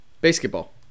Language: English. Basketball